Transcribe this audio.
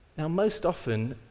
now, most often,